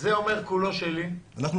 זה אומר "כולו שלי" וגם זה אומר כך.